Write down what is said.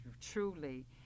truly